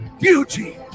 Beauty